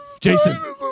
Jason